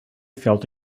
felt